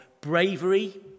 bravery